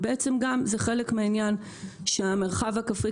ובעצם גם זה חלק מהעניין שהמרחב הכפרי,